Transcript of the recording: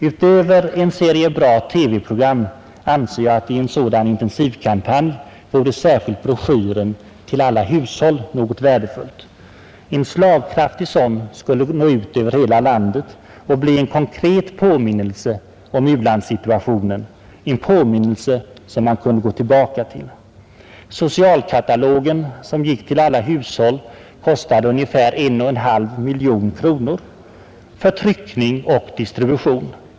Utöver en serie bra TV-program anser jag, att i en sådan intensivkampanj särskilt broschyren till alla hushåll är värdefull. En slagkraftig sådan skulle nå ut över hela landet och bli en konkret påminnelse om u-landssituationen, en påminnelse som man kunde gå tillbaka till. Socialkatalogen som gick till alla hushåll kostade ungefär 1 1/2 miljoner kronor för tryckning och distribution.